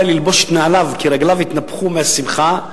לנעול את נעליו כי רגליו התנפחו מהשמחה,